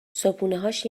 صبحونههاش